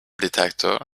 detector